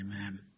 Amen